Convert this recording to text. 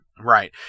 right